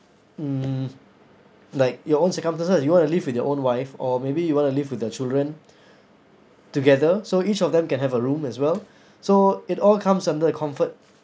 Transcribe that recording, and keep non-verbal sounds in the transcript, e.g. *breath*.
mm like your own circumstances you want to leave with your own wife or maybe you want to live with your children *breath* together so each of them can have a room as well so it all comes under the comfort